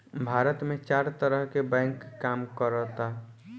भारत में चार तरह के बैंक काम करऽता